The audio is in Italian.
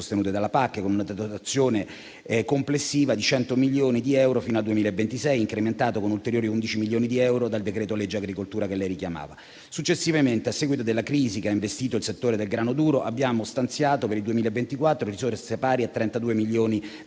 sostenute dalla PAC, con una dotazione complessiva di 100 milioni di euro fino al 2026, incrementata con ulteriori 11 milioni di euro dal decreto-legge agricoltura, che lei richiamava. Successivamente, a seguito della crisi che ha investito il settore del grano duro, abbiamo stanziato per il 2024 risorse pari a 32 milioni di euro,